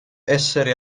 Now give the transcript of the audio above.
essere